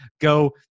go